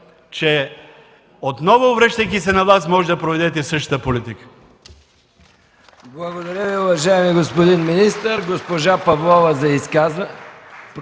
че отново, връщайки се власт, можете да проведете същата политика.